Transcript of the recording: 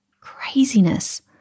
craziness